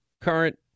current